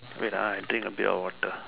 wait ah I drink a bit of water